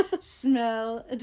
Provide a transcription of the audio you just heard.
smell